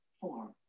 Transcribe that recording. four